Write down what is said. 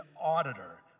auditor